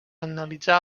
analitzar